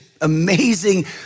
amazing